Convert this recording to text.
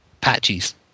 patches